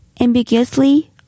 ambiguously